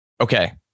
Okay